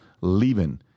leaving